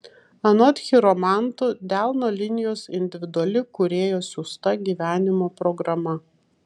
anot chiromantų delno linijos individuali kūrėjo siųsta gyvenimo programa